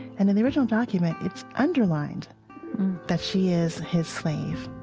and in the original document, it's underlined that she is his slave